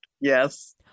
Yes